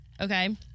Okay